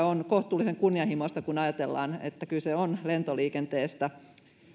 on kohtuullisen kunnianhimoista kun ajatellaan että kyse on lentoliikenteestä